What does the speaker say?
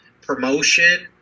promotion